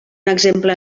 exemple